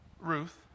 Ruth